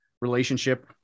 Relationship